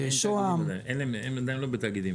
שוהם -- הם עדין לא בתאגידים?